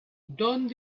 don’t